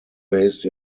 based